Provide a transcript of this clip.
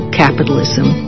capitalism